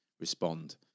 respond